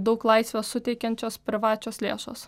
daug laisvės suteikiančios privačios lėšos